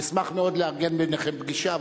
אשמח מאוד לארגן ביניכם פגישה,